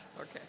Okay